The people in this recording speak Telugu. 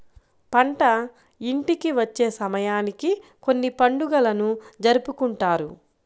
పంట ఇంటికి వచ్చే సమయానికి కొన్ని పండుగలను జరుపుకుంటారు